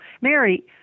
Mary